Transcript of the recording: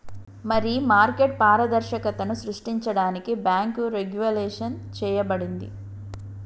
మరి మార్కెట్ పారదర్శకతను సృష్టించడానికి బాంకు రెగ్వులేషన్ చేయబడింది